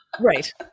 Right